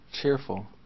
cheerful